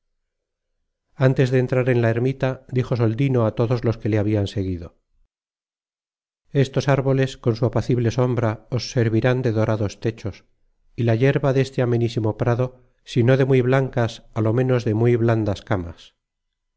antes de entrar en la ermita dijo soldino a todos los que le habian seguido estos árboles con su apacible sombra os servirán de dorados techos y la yerba deste amenísimo prado si no de muy blancas á lo ménos de muy blandas camas